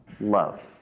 love